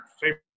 favorite